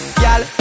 Y'all